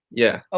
yeah. ah